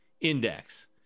index